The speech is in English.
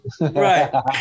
Right